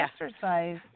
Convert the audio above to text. exercise